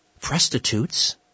prostitutes